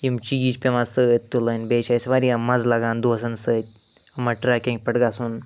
یِم چیٖز چھِ پیٚوان سۭتۍ تُلٕنۍ بیٚیہِ چھُ اسہِ واریاہ مَزٕ لَگان دۄسَن سۭتۍ یِمَن ٹرٛیکِنٛگ پٮ۪ٹھ گژھُن